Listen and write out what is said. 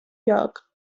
york